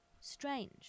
strange